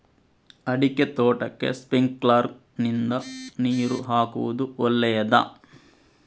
ಅಡಿಕೆ ತೋಟಕ್ಕೆ ಸ್ಪ್ರಿಂಕ್ಲರ್ ನಿಂದ ನೀರು ಹಾಕುವುದು ಒಳ್ಳೆಯದ?